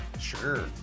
Sure